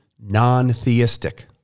non-theistic